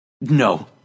No